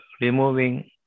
removing